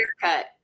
haircut